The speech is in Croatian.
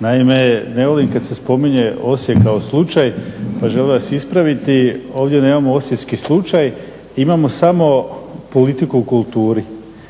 Naime, ne volim kad se spominje Osijek kao slučaj pa želim vas ispraviti, ovdje nemamo osječki slučaj, imamo samo politiku o kulturi,